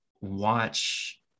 watch